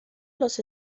los